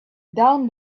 down